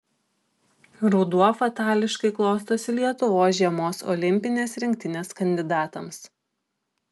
ruduo fatališkai klostosi lietuvos žiemos olimpinės rinktinės kandidatams